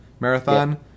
Marathon